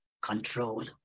control